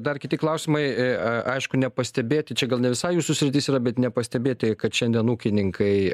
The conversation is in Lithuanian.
dar kiti klausimai aišku nepastebėti čia gal ne visai jūsų sritis yra bet nepastebėti kad šiandien ūkininkai